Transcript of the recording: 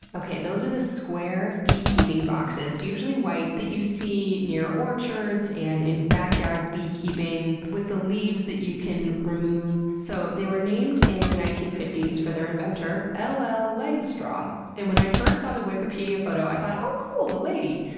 okay, those are the square beekeeping boxes, usually white, that you see near orchards, and in backyard beekeeping with the leaves that you can remove. so, they were named in the eighteen fifty s for their inventor, l l. langstroth. and when i first saw the wikipedia photo i thought, oh cool! a lady!